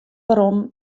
werom